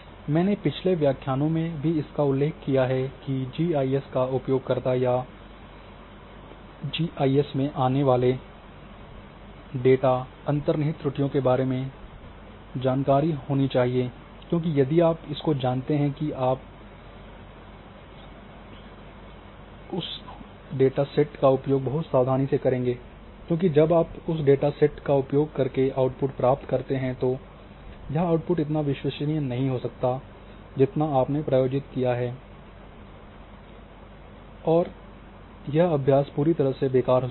मैंने पिछले व्याख्यानों में भी इसका उल्लेख किया है कि जीआईएस का उपयोगकर्ता या जीआईएस में आने वाले डेटा अंतर्निहित त्रुटियों के बारे में उसे जानकारी चाहिए क्योंकि यदि आप इसको जानते हैं कि आप होंगे उस डेटा सेट का उपयोग बहुत सावधानी से करेंगे क्योंकि जब आप उस डेटा सेट का उपयोग करके आउटपुट प्राप्त करते हैं तो यह आउटपुट इतना विश्वसनीय नहीं हो सकता है जितना आपने प्रायोजित किया है और ये अभ्यास पूरी तरह से बेकार हो सकता है